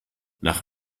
nach